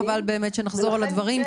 חבל שנחזור על כל הדברים,